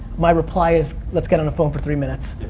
my reply is, let's get on the phone for three minutes.